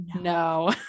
no